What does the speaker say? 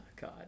God